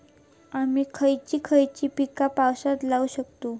आम्ही खयची खयची पीका पावसात लावक शकतु?